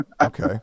Okay